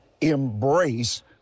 embrace